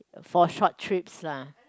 for short trips lah